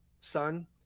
Son